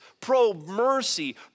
pro-mercy